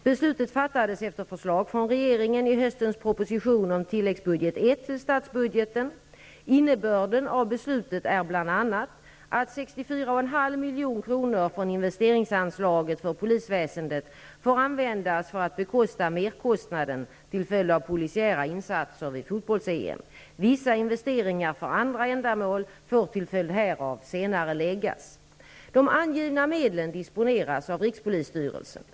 Beslutet fattades efter förslag från regeringen i höstens proposition om tilläggsbudget att 64,5 milj.kr. från investeringsanslaget för polisväsendet får användas för att bekosta merkostnaden till följd av polisiära insatser vid fotbolls-EM. Vissa investeringar för andra ändamål får till följd härav senareläggas. De angivna medlen disponeras av rikspolisstyrelsen.